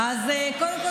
קודם כול,